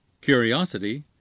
Curiosity